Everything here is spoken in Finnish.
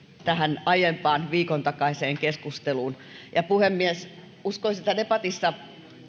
tähän aiempaan viikon takaiseen keskusteluun puhemies uskoisin että debatissa